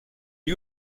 lui